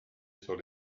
sur